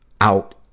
out